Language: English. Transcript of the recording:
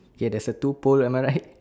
ya there's a two pole am I right